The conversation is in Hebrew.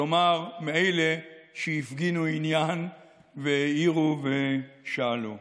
כלומר, מאלה שהפגינו עניין והעירו ושאלו.